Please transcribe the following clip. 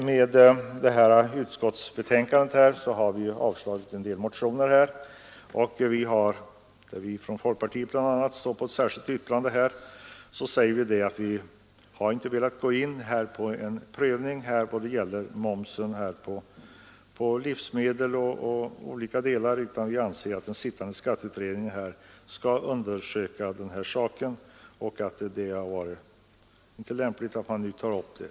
I ett särskilt yttrande säger vi bl.a. från folkpartiet att vi inte har velat gå in på en prövning då det gäller momsen på livsmedel. Vi anser att den sittande skatteutredningen skall undersöka den saken. Det är därför inte lämpligt att nu ta upp det.